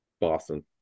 Boston